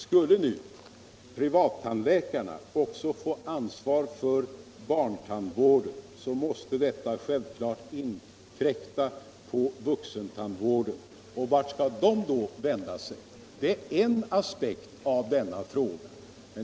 Skulle nu privattandläkarna också få ansvar för barntandvården, så måste detta självklart inkräkta på vuxentandvården, och vart skall de vuxna då vända sig?